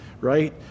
right